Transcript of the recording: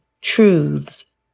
truths